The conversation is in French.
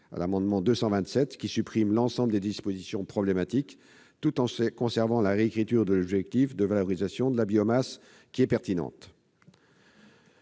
à l'amendement n° 227, qui vise à supprimer l'ensemble des dispositions problématiques tout en conservant la réécriture de l'objectif de valorisation de la biomasse, qui est pertinente.